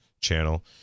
channel